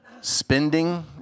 spending